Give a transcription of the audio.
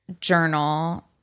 journal